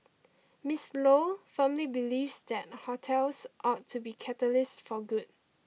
Miss Lo firmly believes that hotels ought to be catalysts for good